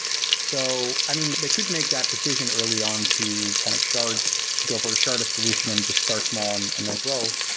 so i mean, they could make that decision early on to kind of shard, to go for a sharded solution and just start small and then grow.